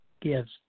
gives